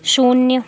शून्य